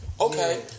Okay